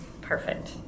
Perfect